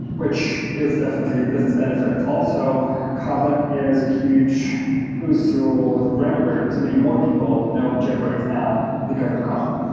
which is definitely a business benefit. also, kotlin is a huge boost to the brand awareness. so many more people know jetbrains now because of kotlin,